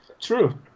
True